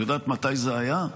את יודעת מתי זה היה?